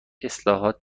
اصلاحات